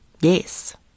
yes